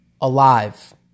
alive